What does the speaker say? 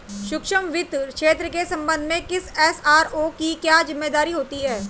सूक्ष्म वित्त क्षेत्र के संबंध में किसी एस.आर.ओ की क्या जिम्मेदारी होती है?